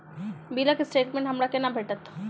बिलक स्टेटमेंट हमरा केना भेटत?